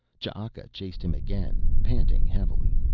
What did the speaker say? ch'aka chased him again, panting heavily.